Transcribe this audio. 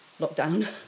lockdown